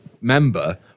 member